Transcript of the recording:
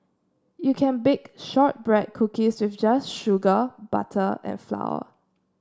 you can bake shortbread cookies just with sugar butter and flour